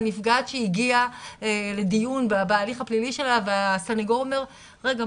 על נפגעת שהגיעה לדיון בהליך הפלילי שלה והסניגור אומר "..רגע,